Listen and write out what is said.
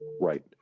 Right